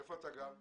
איפה אתה גר?